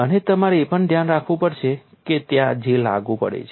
અને તમારે એ પણ ધ્યાનમાં રાખવું પડશે કે ત્યાં J લાગુ પડે છે